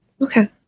Okay